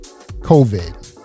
COVID